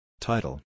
Title